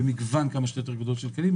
עם מגוון כמה יותר גדול של כלים.